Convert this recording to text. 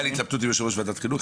לי התלבטות עם יו"ר ועדת החינוך,